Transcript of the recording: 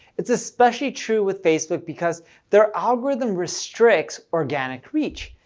it's especially true with facebook because their algorithm restricts organic reach.